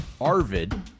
Arvid